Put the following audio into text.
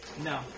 No